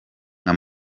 nka